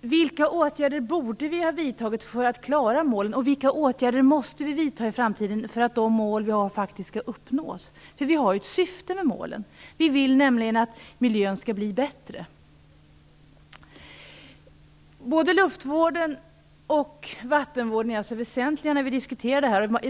vilka åtgärder vi borde ha vidtagit, dels vilka åtgärder vi måste vidta i framtiden för att de mål vi har faktiskt skall uppnås. Vi har ju ett syfte med målen: Vi vill nämligen att miljön skall bli bättre. Både luftvården och vattenvården är alltså väsentliga när vi diskuterar detta.